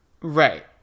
Right